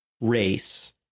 race